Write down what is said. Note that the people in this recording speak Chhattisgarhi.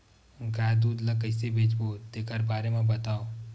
गाय दूध ल कइसे बेचबो तेखर बारे में बताओ?